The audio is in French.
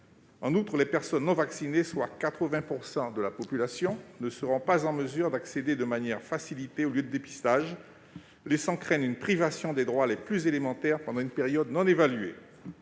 En outre, les personnes non vaccinées, soit 80 % de la population, ne seront pas en mesure d'accéder de manière facilitée aux lieux de dépistage, laissant craindre une privation des droits les plus élémentaires pendant une période non évaluée.